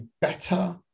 better